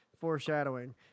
Foreshadowing